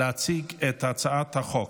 להציג את הצעת החוק.